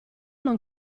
non